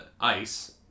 ice